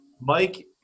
Mike